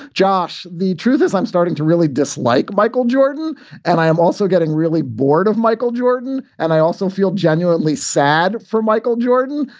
josh, the truth is, i'm starting to really dislike michael jordan and i am also getting really bored of michael jordan. and i also feel genuinely sad for michael jordan.